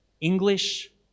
English